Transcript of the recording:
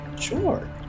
Sure